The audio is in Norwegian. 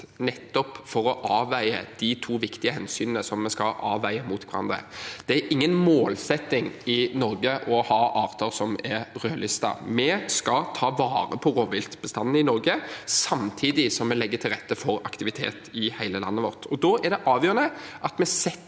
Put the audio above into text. nettopp for å avveie de to viktige hensynene som vi skal veie mot hverandre. Det er ingen målsetting i Norge å ha arter som er rødlistet. Vi skal ta vare på rovviltbestandene i Norge samtidig som vi legger til rette for aktivitet i hele landet vårt. Da er det avgjørende at vi setter